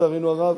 לצערנו הרב.